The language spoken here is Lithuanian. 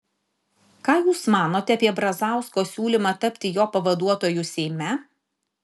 ką jūs manote apie brazausko siūlymą tapti jo pavaduotoju seime